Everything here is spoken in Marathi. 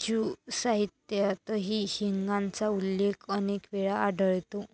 ज्यू साहित्यातही हिंगाचा उल्लेख अनेक वेळा आढळतो